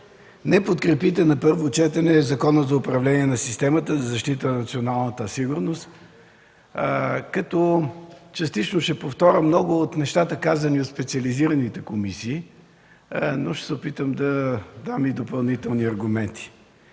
не подкрепите на първо четене Закона за управление на системата за защита на националната сигурност, като частично ще повторя много от нещата, казани от специализираните комисии, но ще се опитам да дам и допълнителни аргументи.